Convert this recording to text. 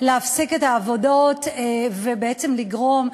להפסיק את העבודות ובעצם לגרום,